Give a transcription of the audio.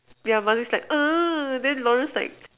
yeah Mazrif's like then Lawrence like